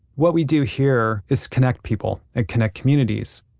what we do here is connect people and connect communities.